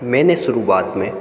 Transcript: मैंने शुरुआत में